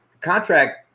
contract